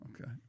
Okay